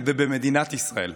ובמדינת ישראל,